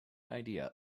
idea